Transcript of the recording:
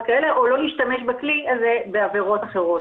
כאלה או לא להשתמש בכלי הזה בעבירות אחרות.